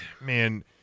man